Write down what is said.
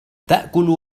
تأكل